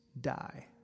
die